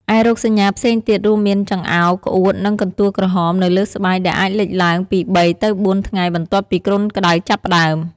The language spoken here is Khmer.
ឯរោគសញ្ញាផ្សេងទៀតរួមមាន ចង្អោរ ក្អួត និង កន្ទួលក្រហម នៅលើស្បែក ដែលអាចលេចឡើងពី ៣ ទៅ ៤ ថ្ងៃបន្ទាប់ពីគ្រុនក្តៅចាប់ផ្តើម។